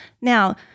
Now